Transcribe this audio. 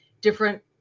different